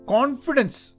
Confidence